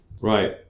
Right